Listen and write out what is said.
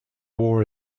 war